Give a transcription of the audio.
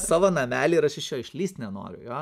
savo namelį ir aš iš jo išlįst nenoriu jo